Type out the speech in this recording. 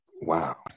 Wow